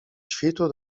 świtu